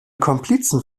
komplizen